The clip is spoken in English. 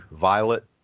violet